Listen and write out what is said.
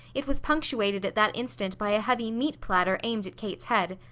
it was punctuated at that instant by a heavy meat platter aimed at kate's head.